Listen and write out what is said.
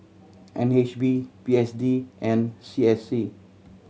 N H B P S D and C S C